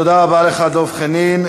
תודה רבה לך, דב חנין.